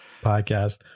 podcast